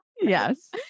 Yes